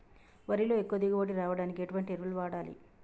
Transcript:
వరిలో ఎక్కువ దిగుబడి రావడానికి ఎటువంటి ఎరువులు వాడాలి?